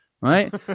Right